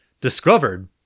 discovered